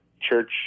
church